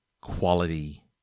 quality